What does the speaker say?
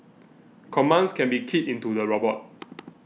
commands can be keyed into the robot